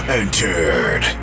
entered